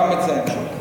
גם את זה הם שולחים.